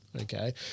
Okay